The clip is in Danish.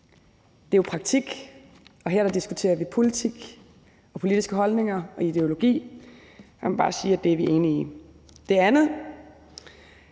det er jo praktik, og her diskuterer vi politik og politiske holdninger og ideologi. Jeg vil bare sige, at det er vi enige i. Det andet